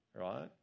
Right